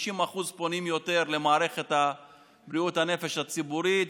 כ-60% יותר פונים למערכת בריאות הנפש הציבורית,